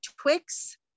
Twix